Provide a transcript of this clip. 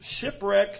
shipwreck